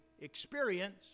experience